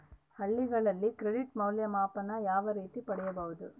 ಹಳ್ಳಿಗಳಲ್ಲಿ ಕ್ರೆಡಿಟ್ ಮೌಲ್ಯಮಾಪನ ಯಾವ ರೇತಿ ಪಡೆಯುವುದು?